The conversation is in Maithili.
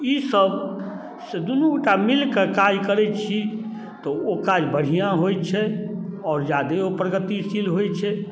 ई सभसँ दुनू गोटा मिलकऽ काज करै छी तऽ ओ काज बढ़िआँ होइ छै आओर जादे ओ प्रगतिशील होइ छै